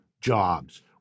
jobs